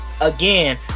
again